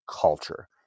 culture